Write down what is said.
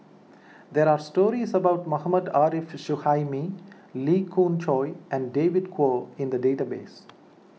there are stories about Mohammad Arif Suhaimi Lee Khoon Choy and David Kwo in the database